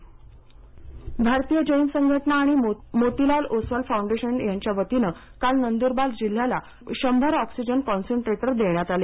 Oswal foundation Bharatiya Jain Sanghatana आणि Motilal Oswal foundation यांच्या वतीनं काल नंद्रबार जिल्ह्याला शंभर ऑक्सिजन कॉन्सट्रेटर देण्यात आले